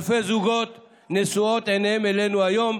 אלפי זוגות, נשואות עיניהם אלינו היום.